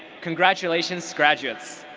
congratulations graduates.